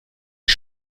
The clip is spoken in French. des